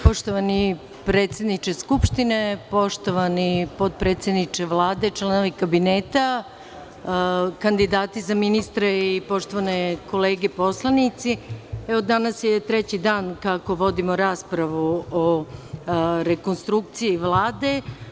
Poštovani predsedniče Skupštine, poštovani potpredsedniče Vlade, članovi kabineta, kandidati za ministre i poštovani kolege poslanici, danas je treći dan kako vodimo raspravu o rekonstrukciji Vlade.